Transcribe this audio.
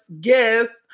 guest